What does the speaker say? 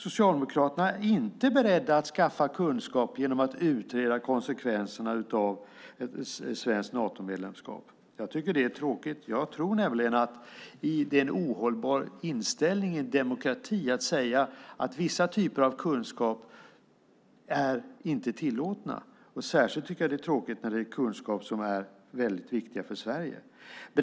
Socialdemokraterna är inte beredda att skaffa kunskap genom att utreda konsekvenserna av ett svenskt Natomedlemskap. Det är tråkigt. Jag tror att det är en ohållbar inställning i en demokrati att säga att vissa typer av kunskap inte är tillåtna. Särskilt är det tråkigt när det gäller kunskap som är viktig för Sverige.